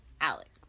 Alex